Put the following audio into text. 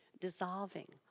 dissolving